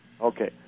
Okay